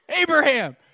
Abraham